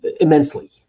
immensely